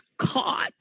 caught